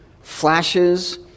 flashes